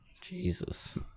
Jesus